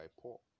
Paul